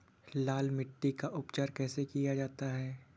लाल मिट्टी का उपचार कैसे किया जाता है?